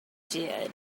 did